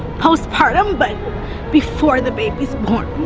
postpartum, but before the baby's born.